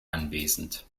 anwesend